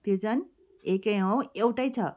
त्यो चाहिँ एकै हौँ एउटै छ